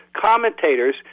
commentators